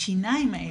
לשיניים האלה,